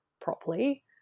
properly